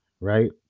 right